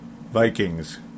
Vikings